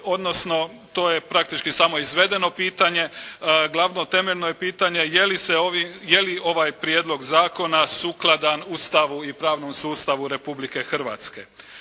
odnosno to je praktički samo izvedeno pitanje. Glavno temeljno je pitanje je li se, je li ovaj Prijedlog zakona sukladan Ustavu i pravnom sustavu Republike Hrvatske?